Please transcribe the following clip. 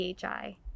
phi